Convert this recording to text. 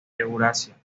eurasia